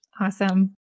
Awesome